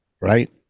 right